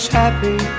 happy